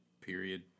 period